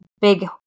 big